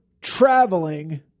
traveling